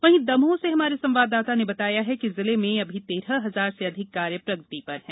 वहीं दमोह से हमारे संवाददाता ने बताया है कि जिले में अभी तेरह हजार से अधिक कार्य प्रगति पर है